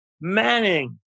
Manning